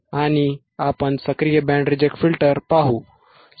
आणि आपण सक्रिय बँड रिजेक्ट फिल्टर पाहू